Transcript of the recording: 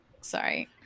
Sorry